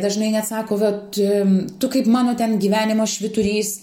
dažnai net sako vat tu kaip mano ten gyvenimo švyturys